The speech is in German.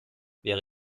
wäre